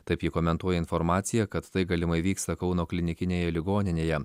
taip ji komentuoja informaciją kad tai galimai vyksta kauno klinikinėje ligoninėje